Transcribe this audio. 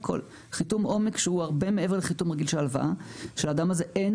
חיתום עומק שהוא הרבה מעבר לחיתום רגיל של הלוואה שלאדם הזה אין